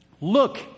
Look